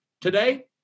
Today